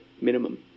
minimum